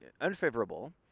unfavorable